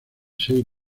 seis